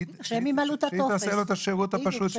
שהיא תעשה לו את השירות הפשוט.